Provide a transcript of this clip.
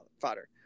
fodder